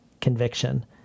conviction